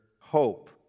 hope